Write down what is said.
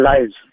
lives